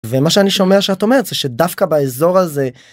ומה שאני שומע שאת אומרת זה שדווקא באזור הזה.